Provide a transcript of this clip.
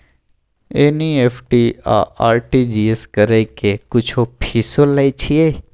NEFT आ RTGS करै के कुछो फीसो लय छियै?